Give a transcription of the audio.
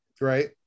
right